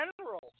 general